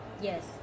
Yes